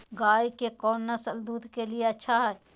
गाय के कौन नसल दूध के लिए अच्छा है?